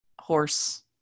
horse